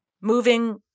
moving